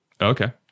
Okay